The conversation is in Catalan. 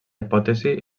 hipòtesi